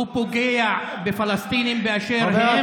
הוא פוגע בפלסטינים באשר הם.